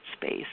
space